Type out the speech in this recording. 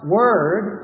word